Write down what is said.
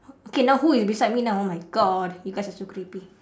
okay now who is beside me now oh my god you guys are so creepy